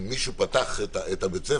אם מישהו פתח את בית הספר,